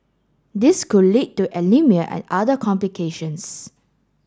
this could lead to anaemia and other complications